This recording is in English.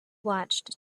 watched